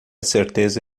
certeza